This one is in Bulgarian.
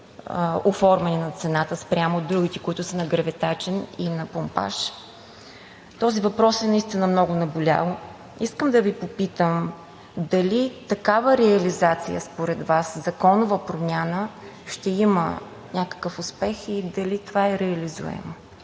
оформяне на цената спрямо другите, които са на гравитачен и на помпаж. Този въпрос е наистина много наболял. Искам да Ви попитам: дали такава реализация според Вас – законова промяна, ще има някакъв успех, и дали това е реализуемо?